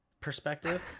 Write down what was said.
perspective